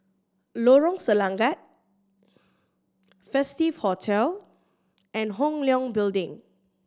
Lorong Selangat Festive Hotel and Hong Leong Building